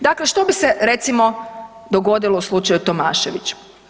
Dakle, što bi se, recimo, dogodilo u slučaju Tomašević?